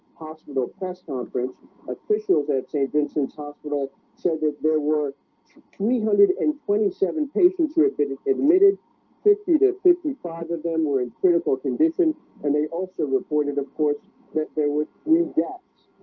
hospital press conference officials at saint vincent's hospital said that there were three hundred and twenty seven patients who have been admitted fifty two fifty five of them were in critical condition and they also reported of course that there were three deaths